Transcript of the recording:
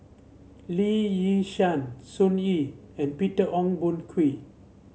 Lee Yi Shyan Sun Yee and Peter Ong Boon Kwee